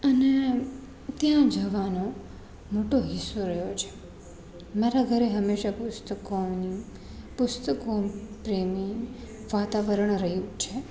અને ત્યાં જવાનો મોટો હિસ્સો રહ્યો છે મારા ઘરે હંમેશા પુસ્તકોની પુસ્તકો પ્રેમી વાતાવરણ રહ્યું છે